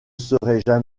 serait